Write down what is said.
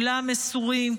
כולם מסורים,